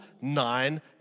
nine